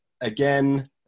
again